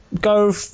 go